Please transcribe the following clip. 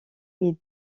est